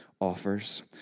offers